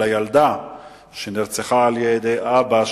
של הילדה שנרצחה על-ידי אבא,